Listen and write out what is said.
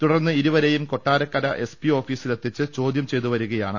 തുടർന്ന് ഇരുവരെയും Kottarakkara S P ഓഫീസിൽ എത്തിച്ച് ചോദ്യം ചെയ്തുവരികയാണ്